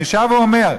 אני שב ואומר: